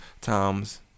times